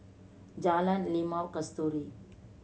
Jalan Limau Kasturi